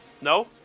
No